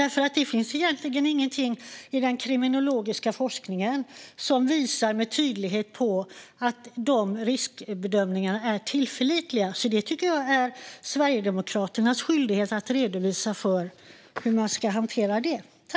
Det finns egentligen ingenting i den kriminologiska forskningen som med tydlighet visar att riskbedömningarna är tillförlitliga, så jag tycker att det är Sverigedemokraternas skyldighet att redovisa hur man ska hantera detta.